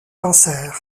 cancer